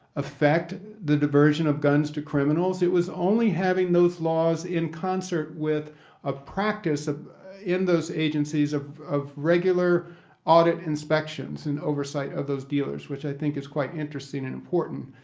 affect the diversion of guns to criminals. it was only having those laws in concert with a practice ah in those agencies of of regular audit inspections and oversight of those dealers, which i think is quite interesting and important.